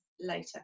later